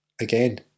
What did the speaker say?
again